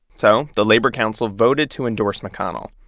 so the labor council voted to endorse mcconnell.